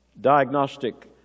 Diagnostic